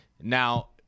Now